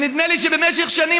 ונדמה לי שבמשך שנים,